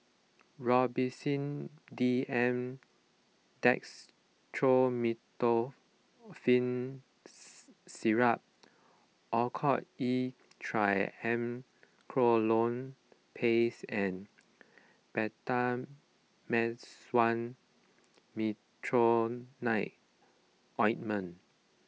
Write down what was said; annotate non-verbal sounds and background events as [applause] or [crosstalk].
Robitussin D M Dextromethorphan Syrup Oracort E Triamcinolone Paste and Betamethasone [unintelligible] Ointment